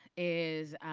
is